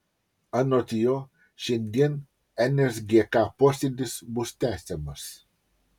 anot jo šiandien nsgk posėdis bus tęsiamas